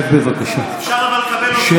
למה אין אוזניות לתרגום לאלה שלא מבינים?